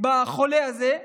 בחולה הזה,